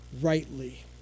rightly